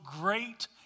great